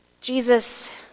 Jesus